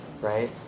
right